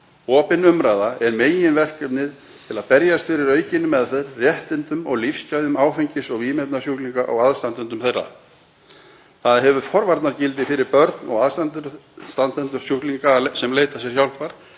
Opin umræða er meginverkefnið til að berjast fyrir aukinni meðferð, réttindum og lífsgæðum áfengis- og vímuefnasjúklinga og aðstandenda þeirra. Það hefur forvarnagildi fyrir börn og aðstandendur sjúklinga sem leita sér hjálpar.